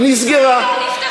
היא נסגרה.